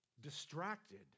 distracted